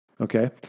okay